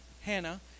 hannah